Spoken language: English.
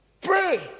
Pray